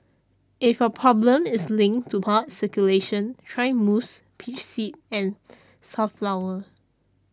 if your problem is linked to blood circulation try musk peach seed and safflower